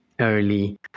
Early